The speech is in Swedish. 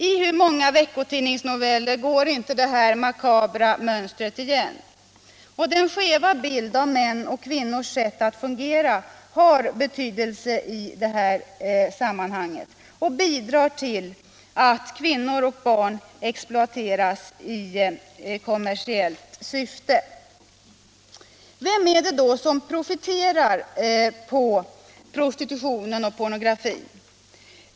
I hur många veckotidningsnoveller går inte detta makabra mönster igen? Och denna skeva bild av mäns och kvinnors sätt att fungera har betydelse i det här sammanhanget och bidrar till att kvinnor och barn exploateras i kommersiellt syfte. 55 Vilka är det då som profiterar på prostitutionen och pornografin?